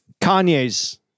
Kanye's